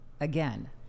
again